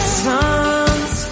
suns